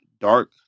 dark